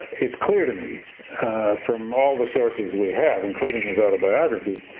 it's clear to me from all the sources we have, including his autobiographies,